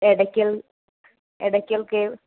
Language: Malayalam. എടക്കൽ എടക്കൽ കേവ്